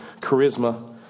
charisma